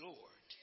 Lord